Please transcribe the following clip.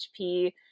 HP